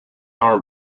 arm